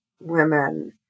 women